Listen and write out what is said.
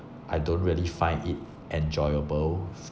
I don't really find it enjoyable